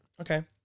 Okay